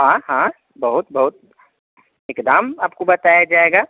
हाँ हाँ बहुत बहुत एकदम आपको बताया जाएगा